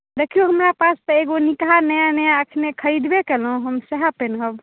देखियौ हमरा पास एगो निकहा नया नया एखने खरीदबे केलहुँ हम सएह पहिरब